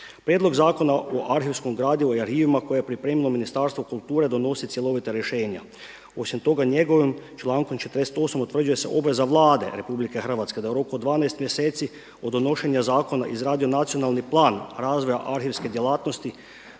Prijedlog zakona o arhivskom gradivu i arhivima koje je pripremilo Ministarstvo kulture donosi cjelovita rješenja. Osim toga njegovim člankom 48 utvrđuje se obveza Vlade RH da u roku od 12 mjeseci od donošenja zakona izradi nacionalni plan razvoja arhivske djelatnosti